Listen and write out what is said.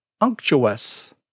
unctuous